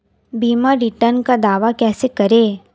बीमा रिटर्न का दावा कैसे करें?